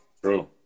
True